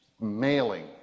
Mailing